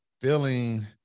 feeling